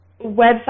website